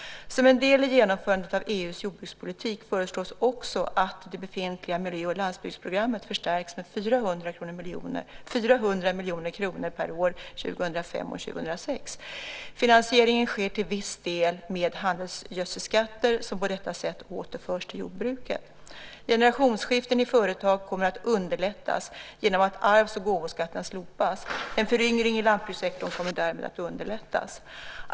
Som en del i genomförandet av EU:s jordbrukspolitik föreslås också att det befintliga miljö och landsbygdsprogrammet förstärks med 400 miljoner kronor per år 2005 och 2006. Finansieringen sker till viss del med handelsgödselskatter som på detta sätt återförs till jordbruket. Generationsskiften i företag kommer att underlättas genom att arvs och gåvoskatten slopas. En föryngring i lantbrukssektorn kommer därmed att underlättas.